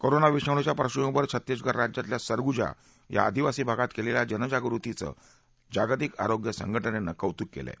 corona विषाणूच्या पार्श्वभूमीवर छत्तीसगड राज्यातल्या सरगुजा या आदिवासी भागात केलेल्या जगजागृतीचे जागतिक आरोग्य संघजेनं कौतुक केलं आहे